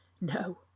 No